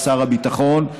לשר הביטחון,